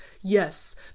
yes